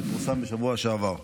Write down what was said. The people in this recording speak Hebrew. שפורסם בשבוע שעבר.